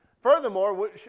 Furthermore